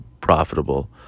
profitable